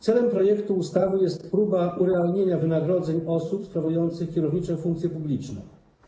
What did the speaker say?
Celem projektu ustawy jest urealnienie wynagrodzeń osób sprawujących kierownicze funkcje publiczne.